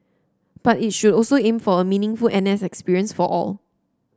but it should also aim for a meaningful N S experience for all